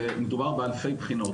ומדובר באלפי בחינות.